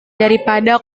daripada